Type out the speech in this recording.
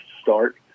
start